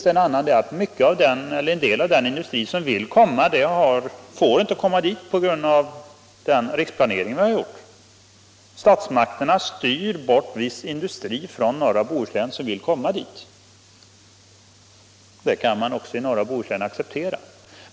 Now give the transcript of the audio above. En annan orsak är att en del av den industri som vill komma inte får göra det på grund av riksplaneringen. Statsmakterna styr bort från norra Bohuslän viss industri som vill komma dit. Det kan man också acceptera i norra Bohuslän.